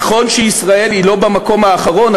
נכון שישראל היא לא במקום האחרון,